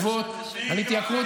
הממשלה נתניהו.